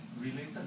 related